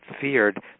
feared